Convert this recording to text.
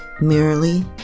merely